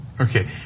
Okay